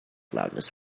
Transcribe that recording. loudness